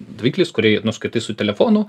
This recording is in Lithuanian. daviklis kurį nuskaitai su telefonu